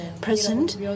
present